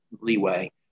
leeway